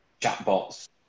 chatbots